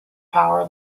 power